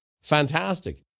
Fantastic